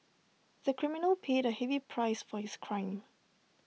the criminal paid A heavy price for his crime